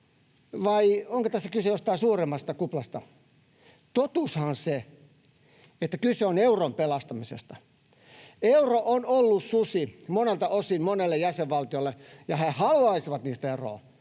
vai onko tässä kyse jostain suuremmasta kuplasta. Totuushan on se, että kyse on euron pelastamisesta. Euro on ollut susi monelta osin monelle jäsenvaltiolle, ja ne haluaisivat eurosta eroon,